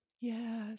Yes